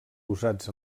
usats